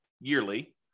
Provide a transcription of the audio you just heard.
yearly